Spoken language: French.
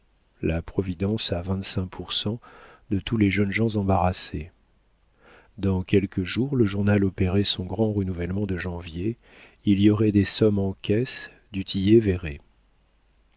la providence à vingt-cinq pour cent de tous les jeunes gens embarrassés dans quelques jours le journal opérait son grand renouvellement de janvier il y aurait des sommes en caisse du